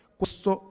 questo